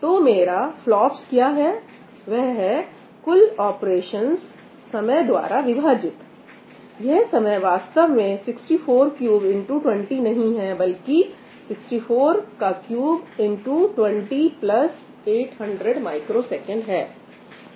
तो मेरा FLOPS क्या है वह है कुल ऑपरेशंस समय द्वारा विभाजित यह समय वास्तव में 643X20 नहीं है बल्कि 643X20800us है